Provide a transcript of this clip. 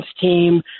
team